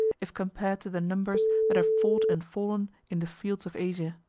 if compared to the numbers that have fought and fallen in the fields of asia.